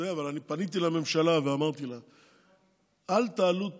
אני פניתי לממשלה ואמרתי להם: אל תעלו טיפין-טיפין.